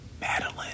Madeline